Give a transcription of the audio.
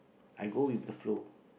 I go with the flow